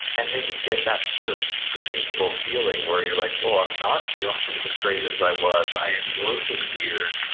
and then you get that sort of predictable feeling where you're like, oh, i'm not feeling as great as i was, i am looking weird.